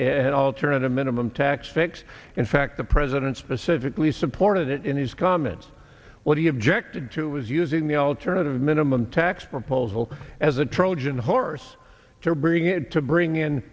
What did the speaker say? an alternative minimum tax fix in fact the president specifically supported it in his comments what do you objected to was using the alternative minimum tax proposal as a trojan horse to bring to bring in